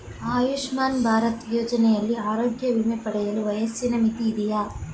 ಆಯುಷ್ಮಾನ್ ಭಾರತ್ ಯೋಜನೆಯಲ್ಲಿ ಆರೋಗ್ಯ ವಿಮೆ ಪಡೆಯಲು ವಯಸ್ಸಿನ ಮಿತಿ ಇದೆಯಾ?